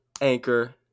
anchor